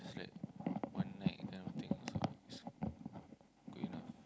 just like one night that kind of thing also is good enough